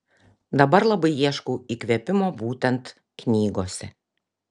dabar labai ieškau įkvėpimo būtent knygose